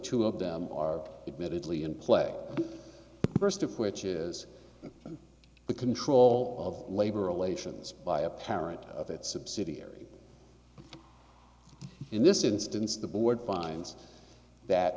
two of them are a bit italy in play first of which is the control of labor relations by a parent of its subsidiary in this instance the board finds that